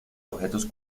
objetos